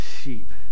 sheep